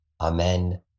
Amen